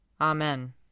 Amen